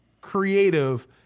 creative